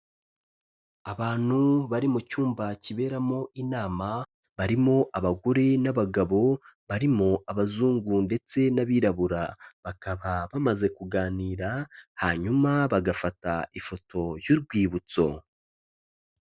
Abantu bari mu cyumba kiberamo inama, barimo abagore n'abagabo, barimo abazungu ndetse n'abirabura, bakaba bamaze kuganira, hanyuma bagafata ifoto y'urwibutso.